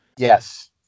Yes